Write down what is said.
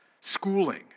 schooling